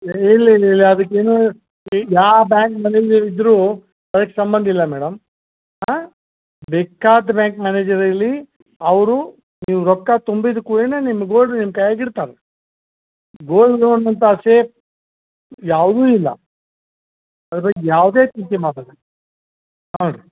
ಇಲ್ಲ ಇಲ್ಲ ಇಲ್ಲ ಅದಕ್ಕೇನೂ ಇ ಯಾವ ಬ್ಯಾಂಕ್ನಲ್ಲಿ ನೀವು ಇದ್ದರೂ ಅದಕ್ಕೆ ಸಮ್ಮಂದ ಇಲ್ಲ ಮೇಡಮ್ ಹಾಂ ಬೇಕಾದ ಬ್ಯಾಂಕ್ ಮ್ಯಾನೇಜರ್ ಇರಲಿ ಅವರು ನೀವು ರೊಕ್ಕ ತುಂಬಿದ ಕೂಡಲೇನೆ ನಿಮ್ಮ ಗೋಲ್ಡ್ ನಿಮ್ಮ ಕೈಯಾಗೆ ಇಡ್ತಾರೆ ಗೋಲ್ಡ್ ಲೋನ್ ಅಂತ ಸೇಫ್ ಯಾವುದು ಇಲ್ಲ ಅದರಾಗ ಯಾವುದೇ ಚಿಂತೆ ಮಾಡಬ್ಯಾಡ್ರಿ ಹೌದು ರೀ